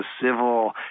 civil